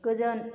गोजोन